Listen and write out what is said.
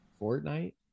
Fortnite